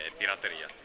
pirateria